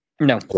No